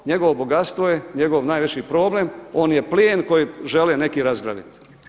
Njegovo bogatstvo je njegov najveći problem, on je plijen koji žele neki razgrabiti.